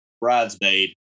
bridesmaid